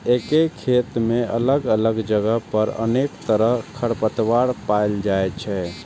एके खेत मे अलग अलग जगह पर अनेक तरहक खरपतवार पाएल जाइ छै